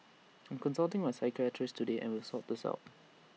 I'm consulting my psychiatrist today and will sort the out